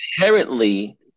inherently